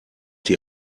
die